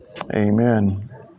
Amen